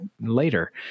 later